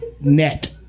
net